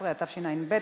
14), התשע"ב 2012,